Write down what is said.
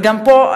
וגם פה,